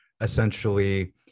essentially